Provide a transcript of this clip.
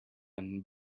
and